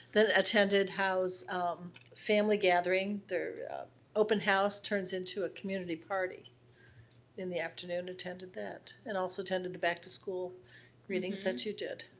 attended howe's family gathering. their open house turns into a community party in the afternoon, attended that. and also attended the back to school readings that you did.